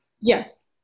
Yes